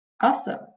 Awesome